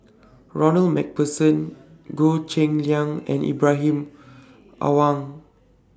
Ronald MacPherson Goh Cheng Liang and Ibrahim Awang